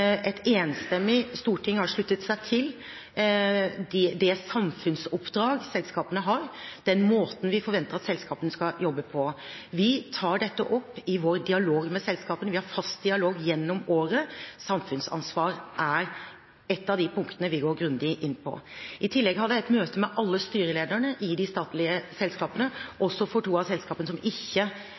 Et enstemmig storting har sluttet seg til det samfunnsoppdrag selskapene har, den måten vi forventer at selskapene skal jobbe på. Vi tar dette opp i vår dialog med selskapene, vi har fast dialog gjennom året. Samfunnsansvar er ett av de punktene vi går grundig inn på. I tillegg hadde jeg møte med alle styrelederne i de statlige selskapene, også for to av selskapene som ikke